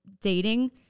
dating